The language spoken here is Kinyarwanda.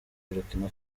burkina